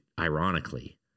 Ironically